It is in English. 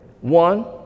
One